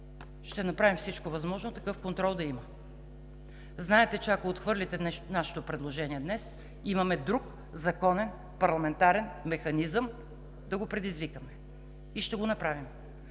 Ще направим всичко възможно такъв контрол да има! Знаете, че ако отхвърлите нашето предложение днес, имаме друг законен парламентарен механизъм да го предизвикаме. И ще го направим!